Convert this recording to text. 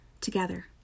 Together